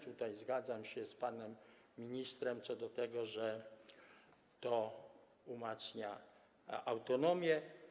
Tutaj zgadzam się z panem ministrem co do tego, że to umacnia autonomię.